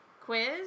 Quiz